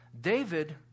David